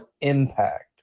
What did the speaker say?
impact